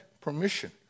permission